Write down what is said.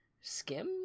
Skim